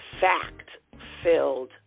Fact-filled